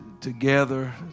together